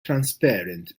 transparent